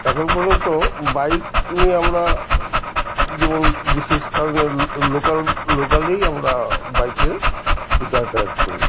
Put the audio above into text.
এখন পর্যন্ত বাইক নিয়ে আমরা যেমন বিশেষ কারণে লোকাল লোকালেই আমরা বাইকে যাতায়াত করি